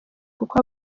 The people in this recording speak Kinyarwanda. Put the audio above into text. kuko